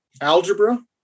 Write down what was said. algebra